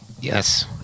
yes